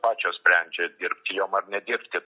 pačios sprendžia dirbti jom ar nedirbti